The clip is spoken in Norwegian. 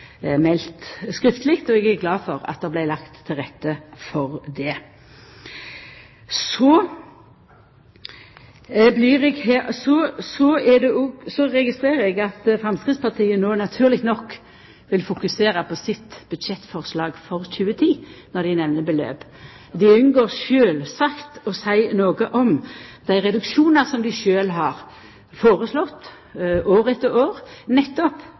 meldt skriftleg, og eg er glad for at det er lagt til rette for det. Så registrerer eg at Framstegspartiet no naturleg nok vil fokusera på sitt budsjettforslag for 2010 når dei nemner beløp. Dei unngår sjølvsagt å seia noko om dei reduksjonane som dei sjølve har foreslått, år etter år, nettopp